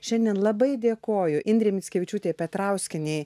šiandien labai dėkoju indrei mickevičiūtei petrauskienei